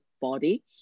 body